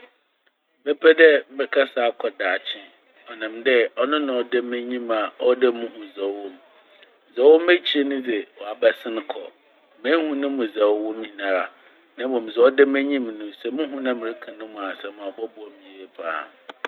Mɛpɛ dɛ mɛkasa akɔ daakye ɔnam dɛ ɔno na ɔda m'enyim a ɔwɔ dɛ muhu dza ɔwɔ mu. Dza ɔwɔ m'ekyir ne dze ɔabɛsen kɔ mehu no mu dza ɔwɔ mu nyinara. Na mbom dza ɔda m'enyim no sɛ muhu na mereka no mu asɛm a ɔbɔboa me yie paa.